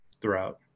throughout